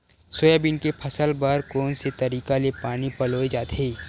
Soybean के फसल बर कोन से तरीका ले पानी पलोय जाथे?